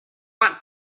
want